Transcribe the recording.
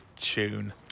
Tune